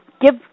give